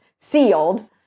sealed